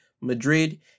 Madrid